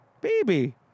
Baby